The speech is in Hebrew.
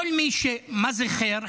כל מי, מה זה ח'יר?